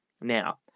Now